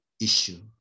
issue